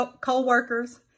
co-workers